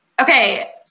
Okay